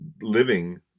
living